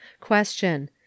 Question